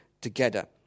together